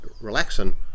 relaxing